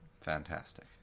Fantastic